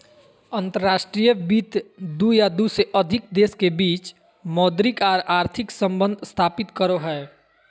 अंतर्राष्ट्रीय वित्त दू या दू से अधिक देश के बीच मौद्रिक आर आर्थिक सम्बंध स्थापित करो हय